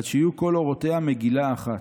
עד שיהיו כל עורותיה מגילה אחת.